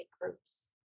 groups